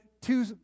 two